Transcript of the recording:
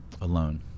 Alone